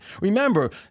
Remember